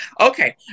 Okay